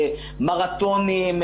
מרתונים,